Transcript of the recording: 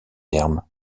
terme